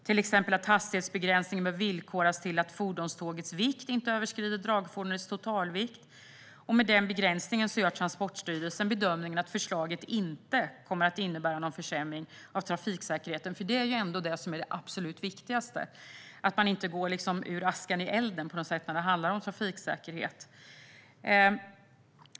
Till exempel bör hastighetsbegränsningen villkoras med att fordonstågets vikt inte överskrider dragfordonets totalvikt. Med den begränsningen gör Transportstyrelsen bedömningen att förslaget inte kommer att innebära någon försämring av trafiksäkerheten. Det är ändå det som är det absolut viktigaste: att man inte går ur askan i elden på något sätt när det handlar om trafiksäkerhet.